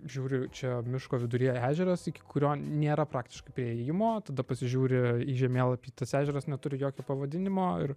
žiūriu čia miško viduryje ežeras iki kurio nėra praktiškai priėjimo tada pasižiūri į žemėlapį tas ežeras neturi jokio pavadinimo ir